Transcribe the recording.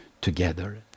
together